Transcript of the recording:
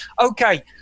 Okay